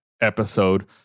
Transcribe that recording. episode